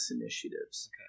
initiatives